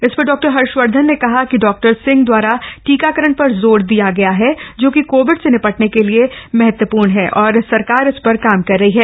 इस पर डॉक्टर हर्षवर्धन ने कहा कि डॉक्टर सिंह द्वारा टीकाकरण पर जोर दिया गया जो कि कोविड से निपटने के लिए महत्वपूर्ण है और सरकार इस पर काम कर रही है